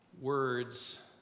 words